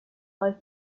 low